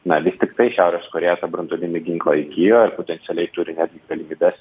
na vis tiktai šiaurės korėja tą branduolinį ginklą įgijo ir potencialiai turi netgi galimybes